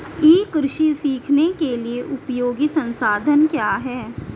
ई कृषि सीखने के लिए उपयोगी संसाधन क्या हैं?